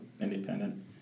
independent